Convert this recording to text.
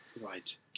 Right